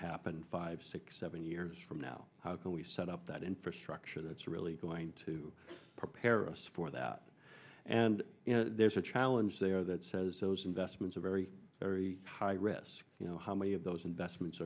happen five six seven years from now how can we set up that infrastructure that's really going to prepare us for that and you know there's a challenge there that says those investments are very very high risk you know how many of those investments